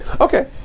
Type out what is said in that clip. Okay